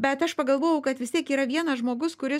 bet aš pagalvojau kad vis tiek yra vienas žmogus kuris